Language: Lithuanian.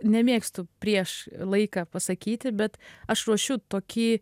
nemėgstu prieš laiką pasakyti bet aš ruošiu tokį